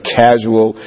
casual